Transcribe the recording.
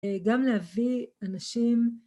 גם להביא אנשים